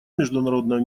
международного